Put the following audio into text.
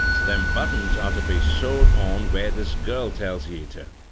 them buttons are ter be sewed on where this girl tells ye to.